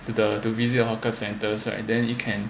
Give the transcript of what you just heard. the to visit hawker centers right then you can